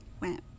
went